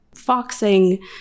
foxing